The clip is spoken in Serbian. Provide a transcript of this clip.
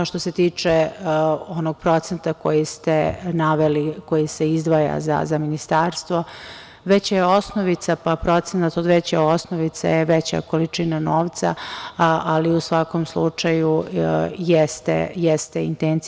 Što se tiče onog procenta koji ste naveli i koji se izdvaja za ministarstvo, već je osnovica, pa procenat od veće osnovice i veća količina novca, ali u svakom slučaju jeste intencija.